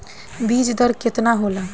बीज दर केतना होला?